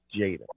Jada